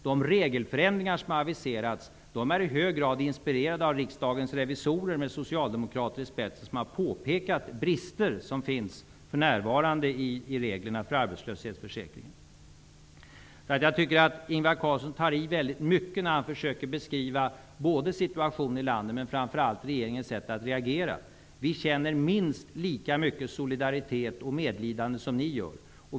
De regelförändringar som har aviserats är i hög grad inspirerade av riksdagens revisorer med socialdemokrater i spetsen som har påpekat att det för närvarande finns brister i reglerna för arbetslöshetsförsäkringen. Jag tycker att Ingvar Carlsson tar i väldigt mycket när han försöker beskriva situationen i landet och framför allt regeringens sätt att reagera. Vi känner minst lika mycket solidaritet och medlidande som ni gör.